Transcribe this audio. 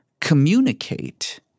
communicate